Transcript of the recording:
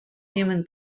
human